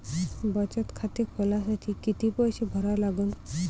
बचत खाते खोलासाठी किती पैसे भरा लागन?